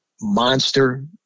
monster